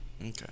Okay